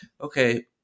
okay